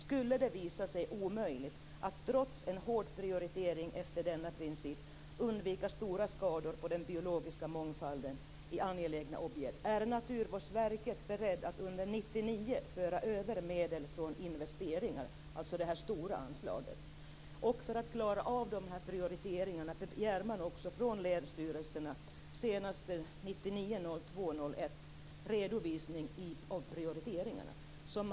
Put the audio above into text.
Skulle det visa sig omöjligt att trots en hård prioritering efter denna princip undvika stora skador på den biologiska mångfalden i angelägna objekt är naturvårdsverket beredd att under 1999 föra över medel från investeringar -." Det gäller här det stora anslaget. För att klara dessa prioriteringar begärs att länsstyrelserna senast den 1 februari 1999 redovisar objekt som trots prioriteringarna inte kan klaras inom ramen.